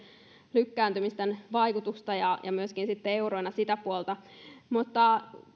lykkääntymisten vaikutusta ja ja myöskin sitten euroina sitä puolta mutta